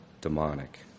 demonic